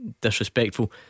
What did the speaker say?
disrespectful